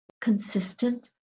consistent